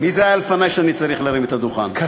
הוא לא כל כך קטן, זה הקטן גדול יהיה.